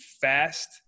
fast